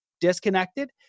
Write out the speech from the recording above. disconnected